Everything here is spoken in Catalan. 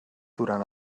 durant